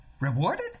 Rewarded